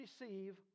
receive